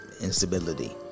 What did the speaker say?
instability